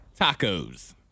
tacos